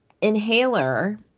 Inhaler